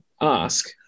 ask